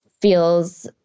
feels